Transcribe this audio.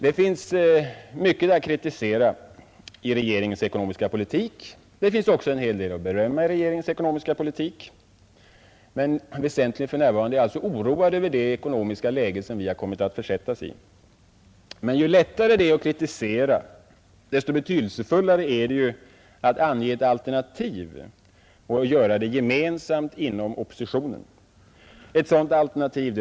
Det finns mycket att kritisera och det finns också en hel del att berömma i regeringens ekonomiska politik, men vad jag för närvarande väsentligen är oroad över är det ekonomiska läge som vi försatts i. Ju lättare det är att kritisera, desto betydelsefullare är det emellertid att ange ett för hela oppositionen gemensamt alternativ.